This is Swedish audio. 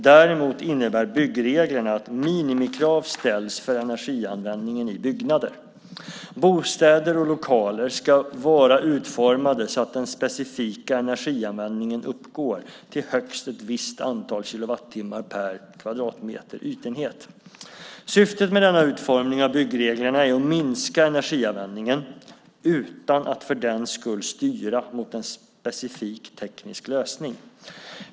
Däremot innebär byggreglerna att minimikrav ställs för energianvändningen i byggnader. Bostäder och lokaler ska vara utformade så att den specifika energianvändningen uppgår till högst ett visst antal kilowattimmar per kvadratmeter ytenhet. Syftet med denna utformning av byggreglerna är att minska energianvändningen utan att för den skull styra mot en specifik teknisk lösning.